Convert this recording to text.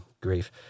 grief